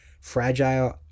Fragile